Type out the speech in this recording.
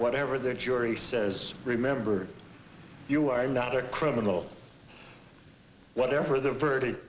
whatever the jury says remember you are not a criminal whatever the verdict